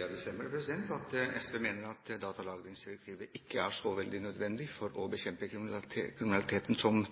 Det stemmer at SV mener at datalagringsdirektivet ikke er så nødvendig for å bekjempe kriminalitet som